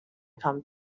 come